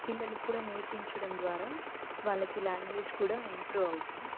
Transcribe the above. పిల్లలకు కూడా నేర్పించడం ద్వారా వాళ్లకి లాంగ్వేజ్ కూడా ఇంప్రూవ్ అవుతుంది